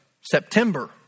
September